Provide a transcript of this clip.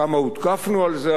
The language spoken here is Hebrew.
כמה הותקפנו על זה,